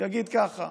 יגיד ככה: